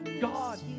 God